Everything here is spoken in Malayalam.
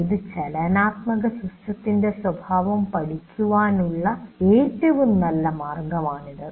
ഏത് ചലനാത്മകസിസ്റ്റത്തിന്റെയും സ്വഭാവം പഠിക്കാനുള്ള ഏറ്റവും നല്ല മാർഗമാണിത്